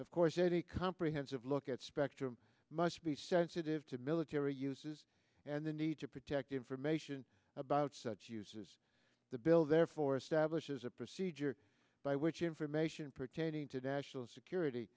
of course a comprehensive look at spectrum must be sensitive to military uses and the need to protect information about such uses the bill therefore establishes a procedure by which information pertaining to national security